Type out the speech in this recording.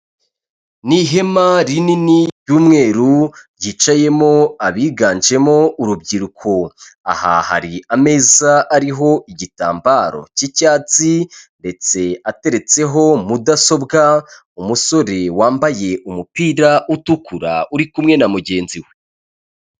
Ni ihema rinini ry'umweru ryicayemo abiganjemo urubyiruko, aha hari ameza ariho igitambaro cy'icyatsi ndetse ateretseho mudasobwa umusore wambaye umupira utukura uri kumwe na mugenzi we.